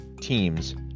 teams